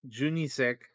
Junisek